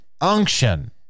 unction